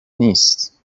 نیست